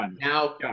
Now